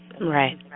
Right